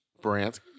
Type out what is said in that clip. Brant